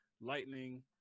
lightning